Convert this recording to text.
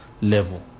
level